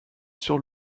sur